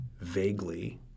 vaguely